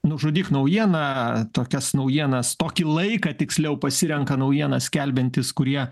nužudyk naujieną tokias naujienas tokį laiką tiksliau pasirenka naujienas skelbiantys kurie